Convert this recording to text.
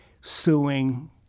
suing